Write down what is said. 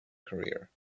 career